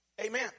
Amen